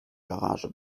garage